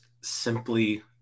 simply